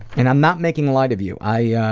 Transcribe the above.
and i'm not making light of you. i yeah